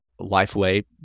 LifeWay